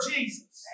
Jesus